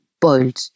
boiled